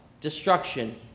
destruction